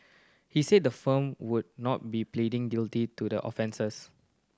he said the firm would not be pleading guilty to the offences